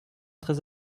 très